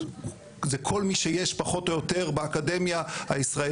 זה כל מי שיש פחות או יותר באקדמיה הישראלית,